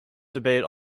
debate